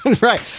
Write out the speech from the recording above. Right